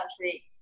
country